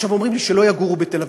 עכשיו, אומרים לי, שלא יגורו בתל-אביב.